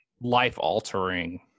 life-altering